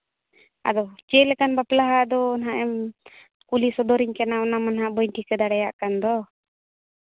ᱟᱫᱚ ᱪᱮᱫ ᱞᱮᱠᱟᱱ ᱵᱟᱯᱞᱟ ᱫᱚ ᱦᱟᱸᱜ ᱮᱢ ᱠᱩᱞᱤ ᱥᱚᱫᱚᱨᱤᱧ ᱠᱟᱱᱟ ᱚᱱᱟ ᱢᱟ ᱱᱟᱦᱟᱸᱜ ᱵᱟᱹᱧ ᱴᱷᱤᱠᱟᱹ ᱫᱟᱲᱮᱭᱟᱜ ᱠᱟᱱ ᱫᱚ